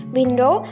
window